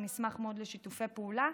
ונשמח מאוד לשיתופי פעולה,